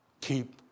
keep